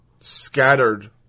scattered